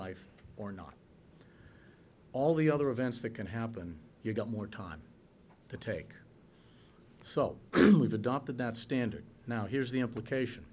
life or not all the other events that can happen you get more time to take so we've adopted that standard now here's the implication